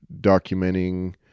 documenting